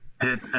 Hit